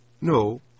No